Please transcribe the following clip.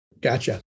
Gotcha